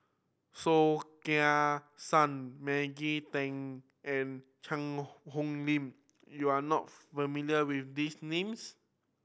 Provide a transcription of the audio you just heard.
Soh Kay Siang Maggie Teng and Cheang Hong Lim you are not familiar with these names